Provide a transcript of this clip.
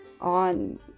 on